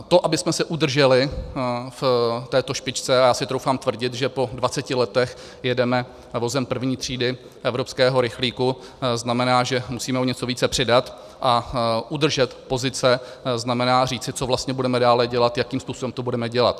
To, abychom se udrželi v této špičce, a já si troufám tvrdit, že po dvaceti letech jedeme vozem první třídy evropského rychlíku, znamená, že musíme o něco více přidat a udržet pozice, znamená říci, co vlastně budeme dále dělat, jakým způsobem to budeme dělat.